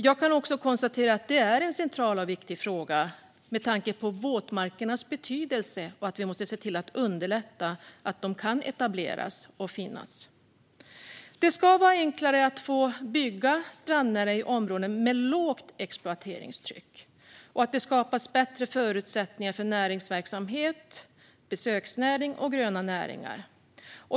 Jag kan konstatera att det är en central och viktig fråga att vi underlättar etablering av våtmarker med tanke på deras betydelse. Det ska vara enklare att få bygga strandnära i områden med lågt exploateringstryck, och det ska skapas bättre förutsättningar för näringsverksamhet, besöksnäring och gröna näringar.